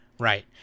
Right